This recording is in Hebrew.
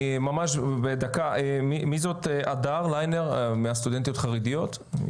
ממש בדקה, מי זאת הדר ליינר, מסטודנטיות חרדיות?